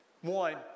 One